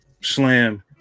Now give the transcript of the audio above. slam